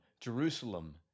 Jerusalem